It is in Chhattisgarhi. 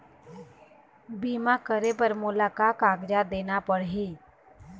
बीमा करे बर मोला का कागजात देना पड़ही?